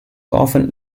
often